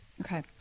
Okay